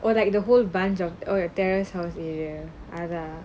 what like the whole bunch of or your terrace house area either